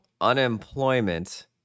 unemployment